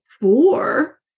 four